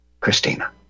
Christina